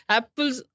apples